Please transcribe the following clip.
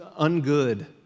ungood